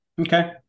Okay